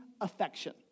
affection